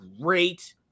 great